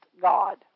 God